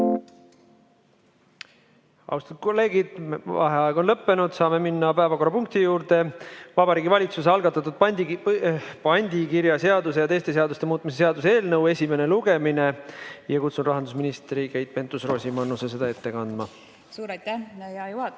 Austatud kolleegid! Vaheaeg on lõppenud, saame minna päevakorrapunkti juurde. Vabariigi Valitsuse algatatud pandikirjaseaduse ja teiste seaduste muutmise seaduse eelnõu esimene lugemine. Kutsun siia rahandusminister Keit Pentus-Rosimannuse ette kandma. Austatud